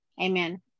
Amen